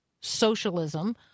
socialism